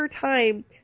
time